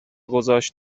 گذاشت